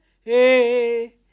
Hey